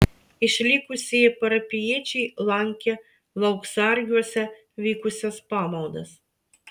išlikusieji parapijiečiai lankė lauksargiuose vykusias pamaldas